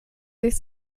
sich